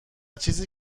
چیزی